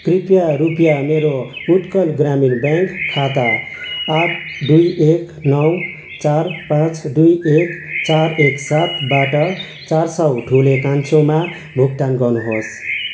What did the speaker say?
कृपया रुपियाँ मेरो उत्कल ग्रामीण ब्याङ्क खाता आठ दुई एक नौ चार पाँच दुई एक चार एक सातबाट चार सौ ठुले कान्छोमा भुक्तान गर्नुहोस्